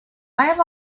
have